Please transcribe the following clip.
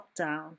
lockdown